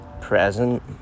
present